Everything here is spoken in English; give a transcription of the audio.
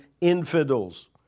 infidels